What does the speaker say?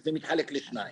זה מתחלק לשניים.